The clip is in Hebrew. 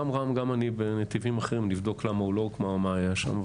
גם רם וגם אני בנתיבים אחרים נבדוק למה היא לא הוקמה ומה היה שם,